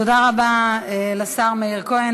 תודה רבה לשר מאיר כהן.